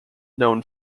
known